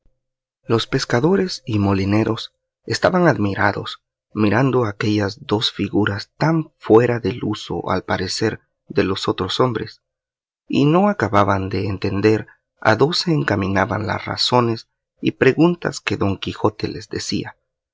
los pescadores y molineros estaban admirados mirando aquellas dos figuras tan fuera del uso al parecer de los otros hombres y no acababan de entender a dó se encaminaban las razones y preguntas que don quijote les decía